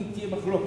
אם תהיה מחלוקת,